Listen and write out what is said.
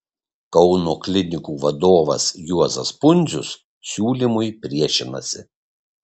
kauno klinikų vadovas juozas pundzius siūlymui priešinasi